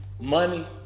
Money